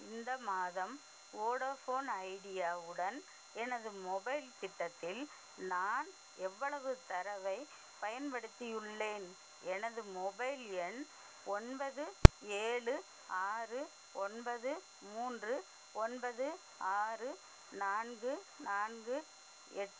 இந்த மாதம் Vodafone Idea உடன் எனது மொபைல் திட்டத்தில் நான் எவ்வளவு தரவைப் பயன்படுத்தியுள்ளேன் எனது மொபைல் எண் ஒன்பது ஏழு ஆறு ஒன்பது மூன்று ஒன்பது ஆறு நான்கு நான்கு எட்டு